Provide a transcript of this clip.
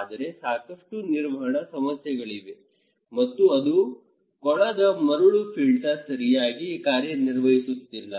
ಆದರೆ ಸಾಕಷ್ಟು ನಿರ್ವಹಣೆ ಸಮಸ್ಯೆಗಳಿವೆ ಮತ್ತು ಅದು ಕೊಳದ ಮರಳು ಫಿಲ್ಟರ್ ಸರಿಯಾಗಿ ಕಾರ್ಯನಿರ್ವಹಿಸುತ್ತಿಲ್ಲ